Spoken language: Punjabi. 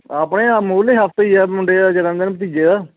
ਆਪਣੇ ਆਹ ਮੂਰਲੇ ਹਫ਼ਤੇ ਹੀ ਆ ਮੁੰਡੇ ਦਾ ਜਨਮ ਦਿਨ ਭਤੀਜੇ ਦਾ